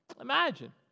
Imagine